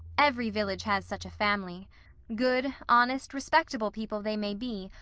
every village has such a family good, honest, respectable people they may be,